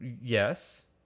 Yes